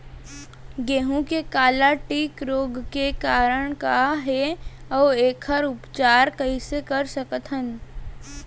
गेहूँ के काला टिक रोग के कारण का हे अऊ एखर उपचार कइसे कर सकत हन?